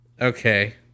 Okay